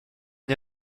une